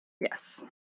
Yes